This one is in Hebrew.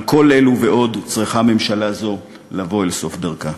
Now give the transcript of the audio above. על כל אלו ועוד צריכה ממשלה זו לבוא אל סוף דרכה.